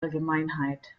allgemeinheit